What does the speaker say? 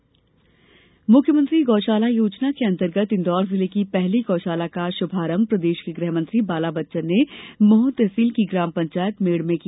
गौशाला मुख्यमंत्री गौशाला योजना के अंतर्गत इंदौर जिले की पहली गौषाला का षुभारंभ प्रदेष के गृह मंत्री बाला बच्चन ने मह तहसील की ग्राम पंचायत मेण में किया